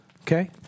okay